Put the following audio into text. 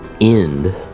end